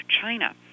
China